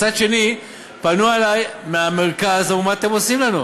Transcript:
מצד שני, פנו אלי מהמרכז: מה אתם עושים לנו?